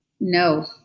No